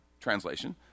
Translation